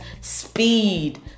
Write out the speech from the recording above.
speed